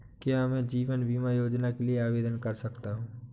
क्या मैं जीवन बीमा योजना के लिए आवेदन कर सकता हूँ?